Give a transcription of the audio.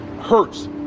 hurts